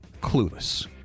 clueless